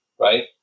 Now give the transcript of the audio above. right